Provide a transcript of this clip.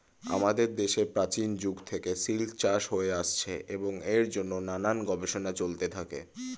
আমাদের দেশে প্রাচীন যুগ থেকে সিল্ক চাষ হয়ে আসছে এবং এর জন্যে নানান গবেষণা চলতে থাকে